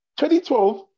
2012